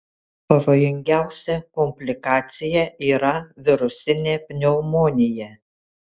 pavojingiausia komplikacija yra virusinė pneumonija